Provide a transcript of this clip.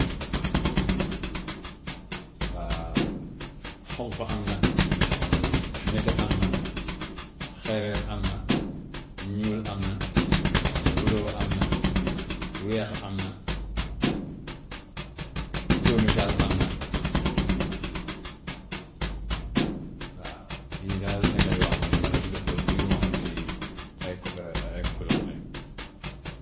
waa xonk am na nete am na, xeereer am na, ñuul am na, blue am na, weex am na, dóomi taal am na. Waaw yii daal nekk na yoo xam ne yu ma xam si ay cou- ay couleurs lañ.